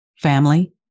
family